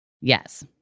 Yes